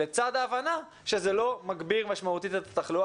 לצד ההבנה שזה לא מגביר משמעותית את התחלואה,